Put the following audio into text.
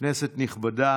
כנסת נכבדה,